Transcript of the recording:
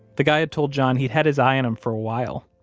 the guy had told john he'd had his eye on him for a while.